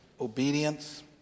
obedience